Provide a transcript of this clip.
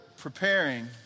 preparing